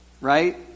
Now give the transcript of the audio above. right